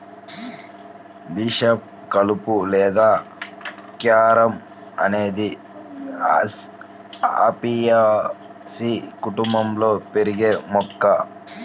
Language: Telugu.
బిషప్ కలుపు లేదా క్యారమ్ అనేది అపియాసి కుటుంబంలో పెరిగే మొక్క